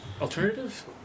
Alternative